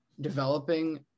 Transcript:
developing